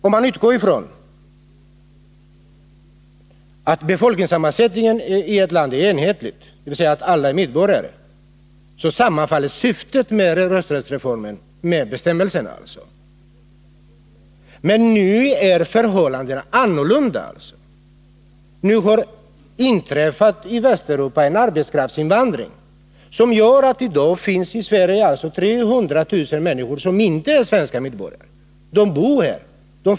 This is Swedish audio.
Om man nu utgår ifrån att befolkningssammansättningen i ett land är enhetlig, dvs. att alla är medborgare, så sammanfaller rösträttsreformens 37 syfte med bestämmelserna. Men nu förhåller det sig inte så. Till Västeuropa har det skett en arbetskraftsinvandring. I Sverige bor 300 000 människor som inte är svenska medborgare.